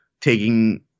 taking